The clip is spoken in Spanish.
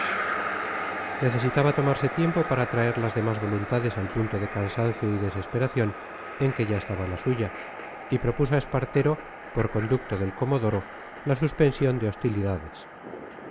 necesitaba tomarse tiempo para traer las demás voluntades al punto de cansancio y desesperación en que ya estaba la suya y propuso a espartero por conducto del comodoro la suspensión de hostilidades